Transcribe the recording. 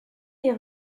des